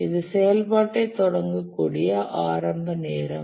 இது செயல்பாட்டைத் தொடங்கக்கூடிய ஆரம்ப நேரம்